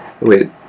Wait